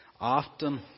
Often